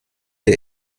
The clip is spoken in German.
der